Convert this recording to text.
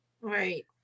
Right